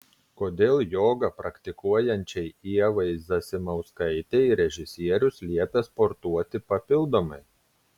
kodėl jogą praktikuojančiai ievai zasimauskaitei režisierius liepė sportuoti papildomai